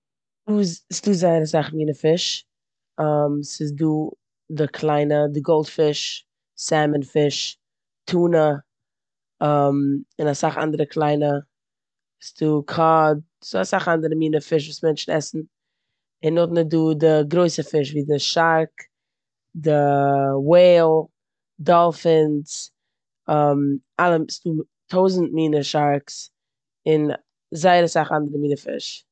ס'דא זייער אסאך מינע פיש. ס'איז דא די קליינע, די גאלדפיש, סעלמאן פיש, טונא און אסאך אנדערע קליינע. ס'דא קאד, ס'דא אסאך אנדערע מינע פיש וואס מענטשן עסן. און נאכדעם איז דא די גרויסע פיש ווי די שארק, א וועיל, דאלפינס אלע מ- ס'דא טויזנט מינע שארקס און זייער אסאך אנדערע מינע פיש.